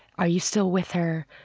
are you still with her?